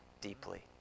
deeply